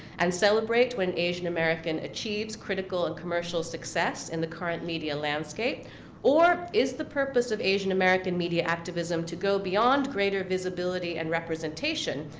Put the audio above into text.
and celebrate when asian american achieves critical and commercial success in the current media landscape or is the purpose of asian american media activism to go beyond greater visibility, and representation,